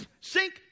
sink